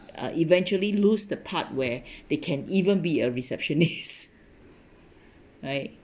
uh eventually lose the part where they can even be a receptionist right